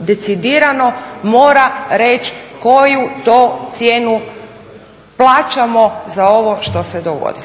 decidirano mora reći koju to cijenu plaćamo za ovo što se dogodi.